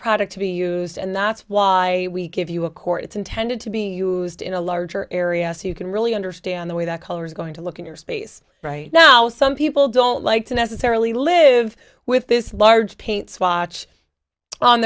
product to be used and that's why we give you a core it's intended to be used in a larger area so you can really understand the way that color is going to look in your space right now some people don't like to necessarily live with this large paint swatch on